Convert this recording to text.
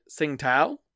Singtao